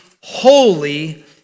holy